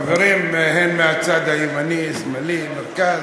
חברים, הן מהצד הימני, השמאלי, מרכז.